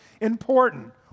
important